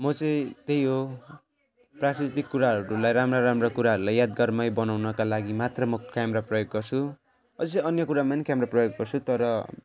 म चाहिँ त्यही हो प्राकृतिक कुराहरूलाई राम्रा राम्रा कुराहरूलाई यादगारमय बनाउनका लागि मात्र म क्यामेरा प्रयोग गर्छु अझै अन्य कुरामान क्यामेरा प्रयोग गर्छु तर